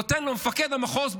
נותן לו מפקד המחוז,